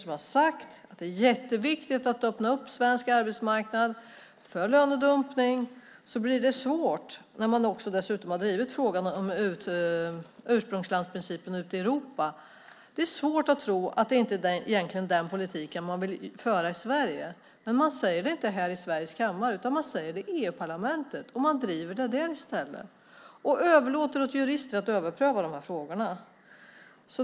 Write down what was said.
De har sagt att det är jätteviktigt att öppna svensk arbetsmarknad för lönedumpning, så det blir svårt när man dessutom har drivit frågan om ursprungslandsprincipen ute i Europa. Det är inte svårt att tro att det egentligen är den politiken man vill föra i Sverige. Men man säger det inte här i kammaren, utan man säger det i EU-parlamentet. Man driver det där i stället och överlåter åt jurister att överpröva frågorna.